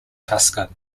tucson